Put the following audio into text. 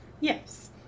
Yes